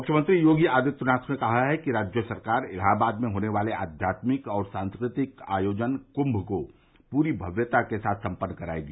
मुख्यमंत्री योगी आदित्यनाथ ने कहा है कि राज्य सरकार इलाहाबाद में होने वाले आध्यात्मिक और सांस्कृतिक आयोजन कुम को पूरी भव्यता के साथ सम्पन्न करायेगी